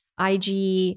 IG